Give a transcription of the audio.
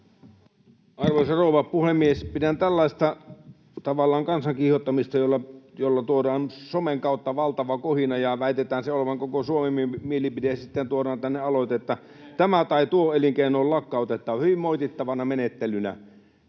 tavallaan tällaista kansan kiihottamista, jolla tuodaan somen kautta valtava kohina ja väitetään sen olevan koko Suomen mielipide, ja sitten tuodaan tänne aloite, että tämä tai tuo elinkeino on lakkautettava. Suomen